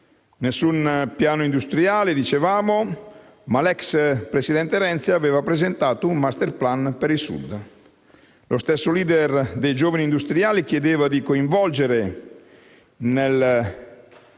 alcun piano industriale, ma l'ex presidente Renzi aveva presentato un *masterplan* per il Sud. Lo stesso *leader* dei giovani industriali chiedeva di coinvolgere nel